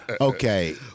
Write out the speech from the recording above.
Okay